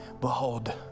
Behold